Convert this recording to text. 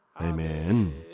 Amen